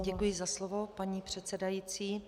Děkuji za slovo, paní předsedající.